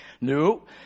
No